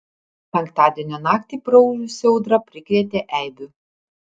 penktadienio naktį praūžusi audra prikrėtė eibių